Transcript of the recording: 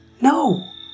no